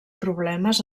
problemes